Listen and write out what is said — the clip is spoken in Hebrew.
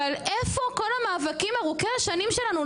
אבל איפה כל המאבקים ארוכי השנים שלנו,